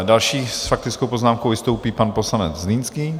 Další s faktickou poznámkou vystoupí pan poslanec Zlínský.